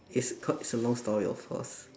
it's quite it's a long story of course